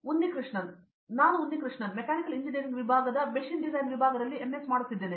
ಉನ್ನಿಕೃಷಣನ್ ನಾನು ಉನ್ನಿಕೃಷಣನ್ ನಾನು mechanical engineering ವಿಭಾಗದ ಮೆಷಿನ್ ಡಿಸೈನ್ ವಿಭಾಗದಲ್ಲಿ ಎಂಎಸ್ ಮಾಡುತ್ತಿದ್ದೇನೆ